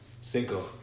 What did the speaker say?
cinco